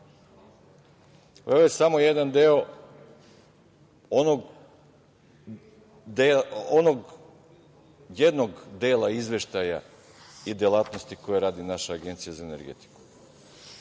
je samo jedan deo onog jednog dela izveštaja i delatnosti koje radi naša Agencija za energetiku.